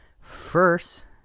First